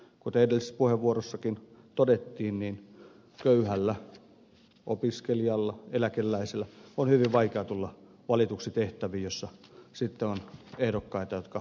kuten edellisessä puheenvuorossakin todettiin niin köyhän opiskelijan ja eläkeläisen on hyvin vaikea tulla valituksi tehtäviin joissa sitten on ehdokkaita jotka suuren rahan voimalla pyrkivät eteenpäin